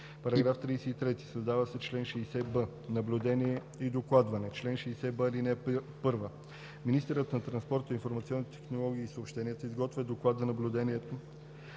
§ 33: „§ 33. Създава се чл. 60б: „Наблюдение и докладване Чл. 60б. (1) Министърът на транспорта, информационните технологии и съобщенията изготвя доклад за наблюдението